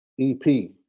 EP